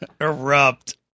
erupt